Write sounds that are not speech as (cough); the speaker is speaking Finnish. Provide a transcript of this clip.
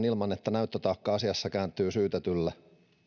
(unintelligible) ilman että näyttötaakka asiassa kääntyy syytetylle